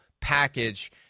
package